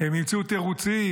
הם ימצאו תירוצים,